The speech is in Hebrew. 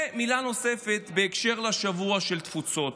ומילה נוספת בהקשר לשבוע התפוצות: